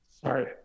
Sorry